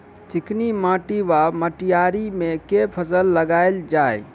चिकनी माटि वा मटीयारी मे केँ फसल लगाएल जाए?